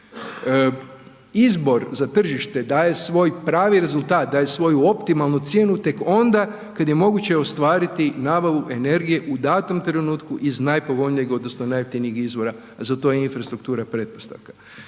izbor za tržište daje svoj pravi rezultat, daje svoju optimalnu cijenu tek onda kad je moguće ostvariti nabavu energije u datom trenutku iz najpovoljnijeg odnosno najjeftinijeg izvora, za to je infrastruktura pretpostavka.